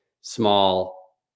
small